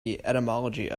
etymology